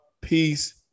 Peace